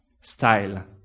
style